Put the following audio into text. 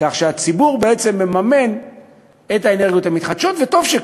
כך שהציבור מממן את האנרגיות המתחדשות, וטוב שכך,